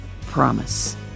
promise